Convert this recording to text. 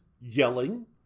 yelling